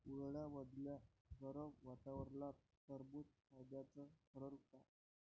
उन्हाळ्यामदल्या गरम वातावरनात टरबुज फायद्याचं ठरन का?